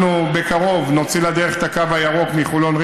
אנחנו בקרוב נוציא לדרך את הקו הירוק מחולון,